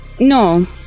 No